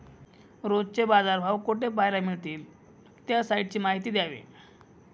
रोजचे बाजारभाव कोठे पहायला मिळतील? त्या साईटची माहिती द्यावी